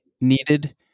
needed